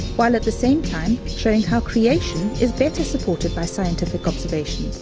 while at the same time showing how creation is better supported by scientific observation.